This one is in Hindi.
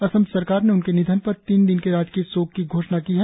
असम सरकार ने उनके निधन पर तीन दिन के राजकीय शोक घोषणा की है